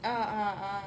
(uh huh)